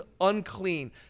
unclean